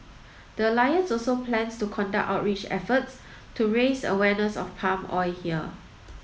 the alliance also plans to conduct outreach efforts to raise awareness of palm oil here